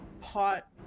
pot